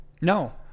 no